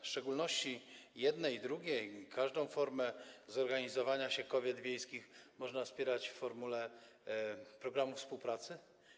W szczególności jedną i drugą, i każdą formę zorganizowania się kobiet wiejskich można wspierać w formule programu współpracy.